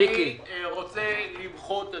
אני רוצה למחות,